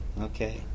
Okay